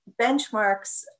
benchmarks